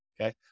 Okay